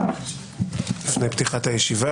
לפני פתיחת הישיבה